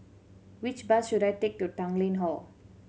which bus should I take to Tanglin Hall